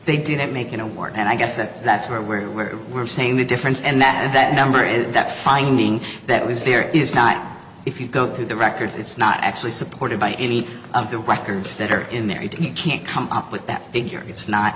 they didn't make an award and i guess that's that's where we were were saying the difference and that number is that finding that was there is not if you go through the records it's not actually supported by any of the records that are in there you can't come up with that figure it's not